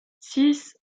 six